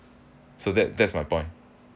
so that that's my point